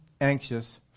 anxious